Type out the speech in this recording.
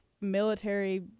military